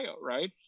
right